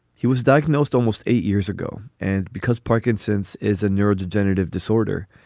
he was diagnosed almost eight years ago. and because parkinson's is a neurodegenerative disorder,